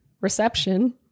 reception